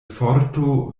forto